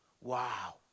Wow